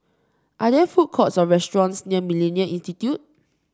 are there food courts or restaurants near MillenniA Institute